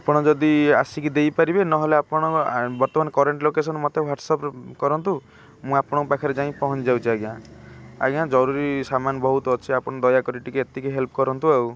ଆପଣ ଯଦି ଆସିକି ଦେଇପାରିବେ ନହେଲେ ଆପଣ ବର୍ତ୍ତମାନ କରେଣ୍ଟ ଲୋକେସନ୍ ମୋତେ ହ୍ୱାଟ୍ସଆପ୍ କରନ୍ତୁ ମୁଁ ଆପଣଙ୍କ ପାଖରେ ଯାଇ ପହଞ୍ଚିଯାଉଛି ଆଜ୍ଞା ଆଜ୍ଞା ଜରୁରୀ ସାମାନ ବହୁତ ଅଛି ଆପଣ ଦୟାକରି ଟିକେ ଏତିକି ହେଲ୍ପ କରନ୍ତୁ ଆଉ